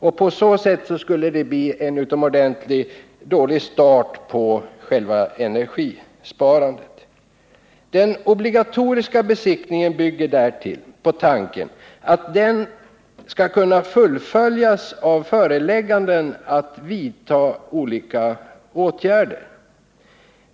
Och på så sätt skulle det bli en utomordentligt dålig start på själva energisparandet. Den obligatoriska besiktningen bygger därtill på tanken att den skall kunna fullföljas av förelägganden att vidta olika åtgärder.